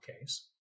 case